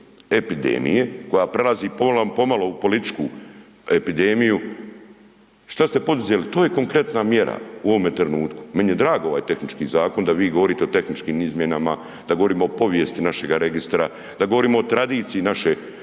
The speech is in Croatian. koja prelazi pomalo u političku epidemiju, šta ste poduzeli, to je konkretna mjera u ovome trenutku. Meni je drag ovaj tehnički zakon da vi govorite o tehničkim izmjenama, da govorimo o povijesti našega registra, da govorimo o tradiciji naše,